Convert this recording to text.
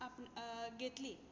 आप घेतली